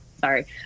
sorry